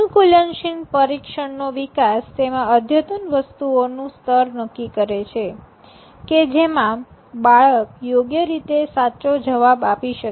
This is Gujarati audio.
અનુકૂલનશીલ પરીક્ષણ નો વિકાસ તેમાં અદ્યતન વસ્તુઓનું સ્તર નક્કી કરે છે કે જેમાં બાળક યોગ્ય રીતે સાચો જવાબ આપી શકે